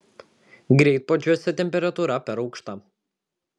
greitpuodžiuose temperatūra per aukšta